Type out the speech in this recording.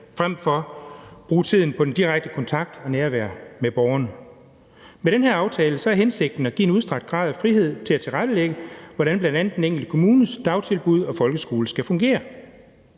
frem for at bruge tiden på direkte kontakt og nærvær med borgerne. Med den her aftale er hensigten at give en udstrakt grad af frihed til at tilrettelægge, bl.a. hvordan den enkelte kommunes dagtilbud og folkeskole skal fungere.